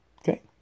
Okay